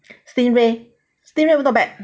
stingray stingray also not bad